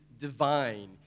divine